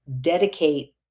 dedicate